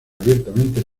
abiertamente